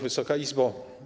Wysoka Izbo!